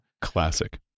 classic